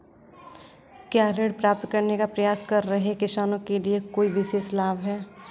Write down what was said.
क्या ऋण प्राप्त करने का प्रयास कर रहे किसानों के लिए कोई विशेष लाभ हैं?